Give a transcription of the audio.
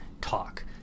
Talk